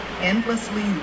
endlessly